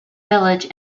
village